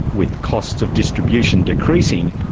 with costs of distribution decreasing,